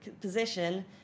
position